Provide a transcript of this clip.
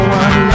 one